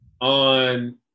on